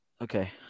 Okay